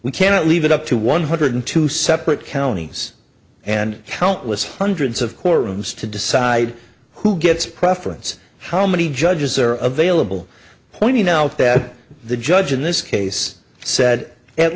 we cannot leave it up to one hundred two separate counties and countless hundreds of courtrooms to decide who gets preference how many judges are of vailable pointing out that the judge in this case said at